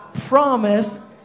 promise